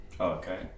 Okay